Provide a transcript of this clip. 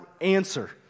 answer